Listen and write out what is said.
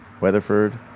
Weatherford